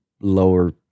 lower